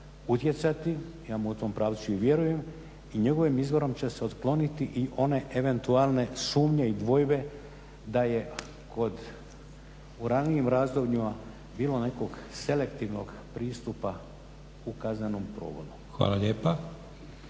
utjecati. Imamo u tom pravcu i vjerujem i njegovim izborom će se otkloniti i one eventualne sumnje i dvojbe da je kod, u ranijim razdobljima bilo nekog selektivnog pristupa u kaznenom progonu. **Leko,